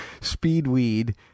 Speedweed